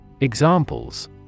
Examples